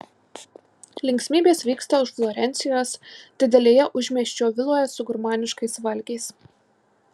linksmybės vyksta už florencijos didelėje užmiesčio viloje su gurmaniškais valgiais